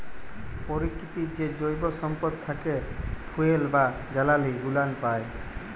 পরকিতির যে জৈব সম্পদ থ্যাকে ফুয়েল বা জালালী গুলান পাই